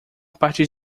partir